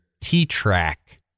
T-Track